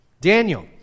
Daniel